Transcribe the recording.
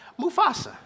Mufasa